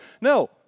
No